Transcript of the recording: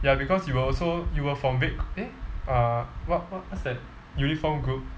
ya because you were also you were from red eh uh what what what's that uniform group